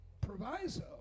proviso